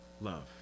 love